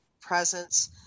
presence